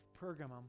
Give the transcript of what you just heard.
Pergamum